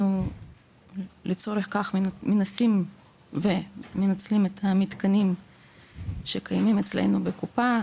לצורך כך אנחנו מנצלים את המתקנים שקיימים אצלנו בקופה.